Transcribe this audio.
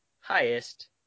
Highest